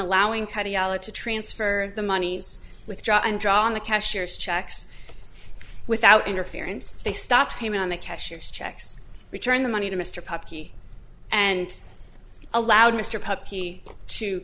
cardiology to transfer the monies withdraw and draw on the cashier's checks without interference they stop payment on the cashier's checks return the money to mr puppy and allowed mr puppy to